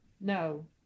no